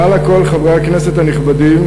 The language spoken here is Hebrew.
מעל הכול, חברי הכנסת הנכבדים,